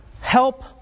help